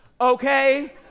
okay